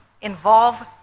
involve